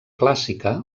clàssica